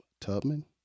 Tubman